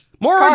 more